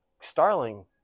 Starling